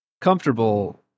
comfortable